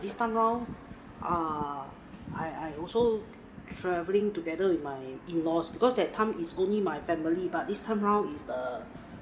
this time around err I I also traveling together with my in-laws because that time is only my family but this time around is the